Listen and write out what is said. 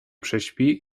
prześpi